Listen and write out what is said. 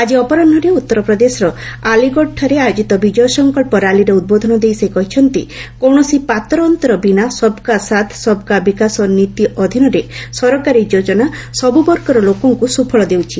ଆଜି ଅପରାହ୍ୱରେ ଉତ୍ତର ପ୍ରଦେଶର ଆଲିଗଡ଼ଠାରେ ଆୟୋଜିତ ବିଜୟ ସଙ୍କଚ୍ଚ ର୍ୟାଲିରେ ଉଦ୍ବୋଧନ ଦେଇ ସେ କହିଛନ୍ତି କୌଣସି ପାତର ଅନ୍ତର ବିନା 'ସବ୍କା ସାଥ୍ ସବ୍କା ବିକାଶ' ନୀତି ଅଧୀନରେ ସରକାରୀ ଯୋଜନା ସବୁ ବର୍ଗର ଲୋକଙ୍କୁ ସୁଫଳ ଦେଉଛି